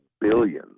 billions